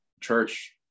church